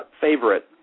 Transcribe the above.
favorite